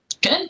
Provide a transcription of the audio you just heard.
Good